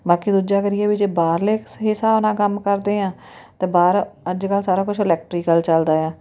ਬਾਕੀ ਦੂਜਾ ਕਰੀਏ ਵੀ ਜੇ ਬਾਹਰਲੇ ਸ ਹਿਸਾਬ ਨਾਲ ਕੰਮ ਕਰਦੇ ਹਾਂ ਅਤੇ ਬਾਹਰ ਅੱਜ ਕੱਲ੍ਹ ਸਾਰਾ ਕੁਛ ਇਲੈਕਟ੍ਰੀਕਲ ਚੱਲਦਾ ਆ